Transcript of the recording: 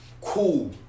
cool